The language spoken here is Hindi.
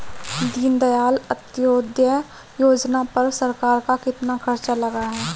दीनदयाल अंत्योदय योजना पर सरकार का कितना खर्चा लगा है?